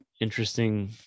interesting